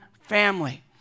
family